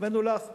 החמאנו לך לגביה,